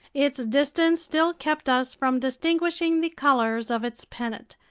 its distance still kept us from distinguishing the colors of its pennant,